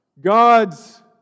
God's